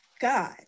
god